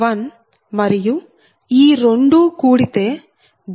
1 మరియు ఈ రెండూ కూడితే j0